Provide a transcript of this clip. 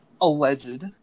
alleged